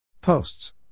Posts